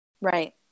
Right